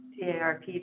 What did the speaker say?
TARP